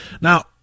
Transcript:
Now